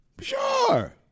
Sure